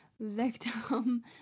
victim